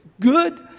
good